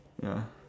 ya